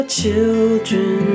children